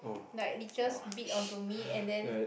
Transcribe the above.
like leeches bit onto me and then